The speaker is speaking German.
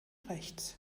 rechts